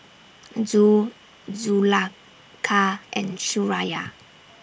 Zul Zulaikha and Suraya